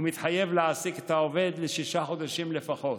ומתחייב להעסיק את העובד לשישה חודשים לפחות.